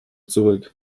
zurück